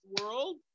world